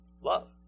love